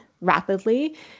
rapidly